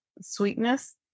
sweetness